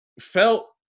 felt